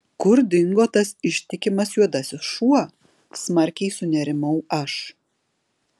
kur dingo tas ištikimas juodasis šuo smarkiai sunerimau aš